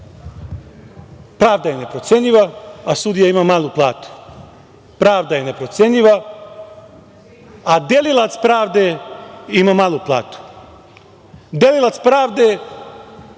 Pravda je neprocenljiva, a sudija ima malu platu. Pravda je neprocenljiva, a delilac pravde ima malu platu. Delilac pravde,